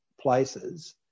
places